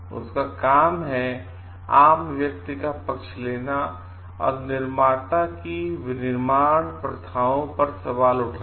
उसका काम है आम व्यक्ति का पक्ष लेना और निर्माता की विनिर्माण प्रथाओं पर सवाल उठाना